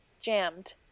jammed